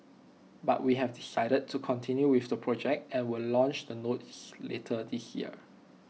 but we have decided to continue with the project and will launch the notes later this year